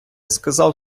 сказав